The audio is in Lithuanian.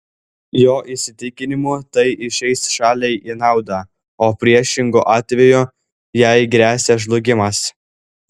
jo įsitikinimu tai išeis šaliai į naudą o priešingu atveju jai gresia žlugimas